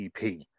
EP